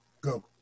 Go